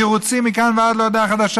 תירוצים מכאן ועד להודעה חדשה.